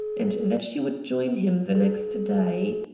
and that she would join him the next day.